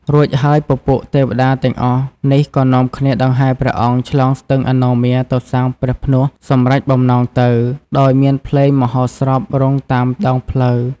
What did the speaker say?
រួចហើយពពួកទេវតាទាំងអស់នេះក៏នាំគ្នាដង្ហែព្រះអង្គឆ្លងស្ទឹងអនោមាទៅសាងព្រះផ្នួសសម្រេចបំណងទៅ ដោយមានភ្លេងមហោស្រពរង់តាមដងផ្លូវ។